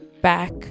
back